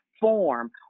form